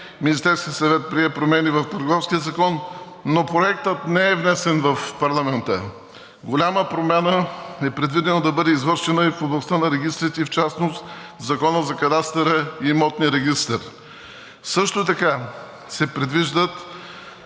Министерският съвет прие промени в Търговския закон, но Проектът не е внесен в парламента. Голяма промяна е предвидено да бъде извършена и в областта на регистрите и в частност в Закона за кадастъра и имотния регистър. Също така се предвиждат